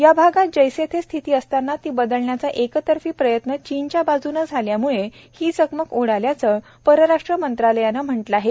या भागात जैसे थे स्थिती असताना ती बदलण्याचा एकतर्फी प्रयत्न चीनच्या बाजूनं झाल्यामूळे ही चकमक उडाल्याचं परराष्ट्र मंत्रालयानं म्हटलं आहे